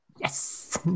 Yes